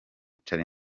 charly